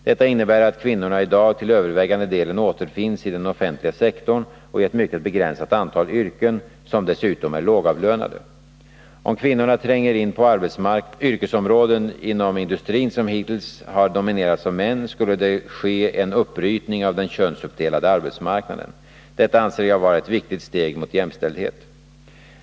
Detta innebär att kvinnorna i dag till övervägande delen återfinns i den offentliga sektorn och i ett mycket begränsat antal yrken som dessutom är lågavlönade. Om kvinnorna tränger in på yrkesområden inom industrin som hittills har dominerats av män, skulle det ske en uppbrytning av den könsuppdelade arbetsmarknaden. Detta anser jag vara ett viktigt steg mot jämställdhet.